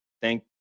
thank